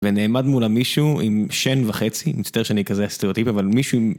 ונעמד מולה מישהו עם שן וחצי, מצטער שאני כזה סטריאוטיפי אבל מישהו עם...